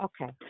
Okay